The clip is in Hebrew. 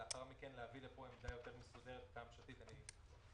ולאחר מכן להביא לכנסת עמדה ממשלתית יותר מסודרת.